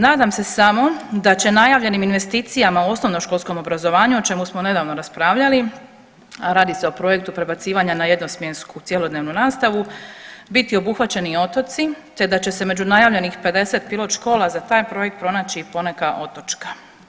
Nadam se samo da će najavljenim investicijama u osnovnoškolskom obrazovanju o čemu smo nedavno raspravljali, a radi se o projektu prebacivanja na jednosmjensku cjelodnevnu nastavu biti obuhvaćeni i otoci te da će se među najavljenih 50 pilot škola za taj projekt pronaći i poneka otočka.